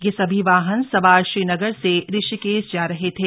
यह सभी वाहन सवार श्रीनगर से ऋषिकेश जा रहे थे